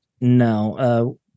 No